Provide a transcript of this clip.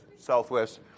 southwest